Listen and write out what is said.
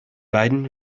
beiden